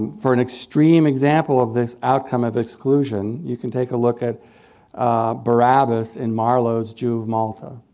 for an extreme example of this outcome of exclusion you can take a look at barabas in marlowe's jew of malta,